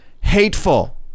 hateful